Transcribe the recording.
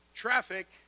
traffic